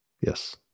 Yes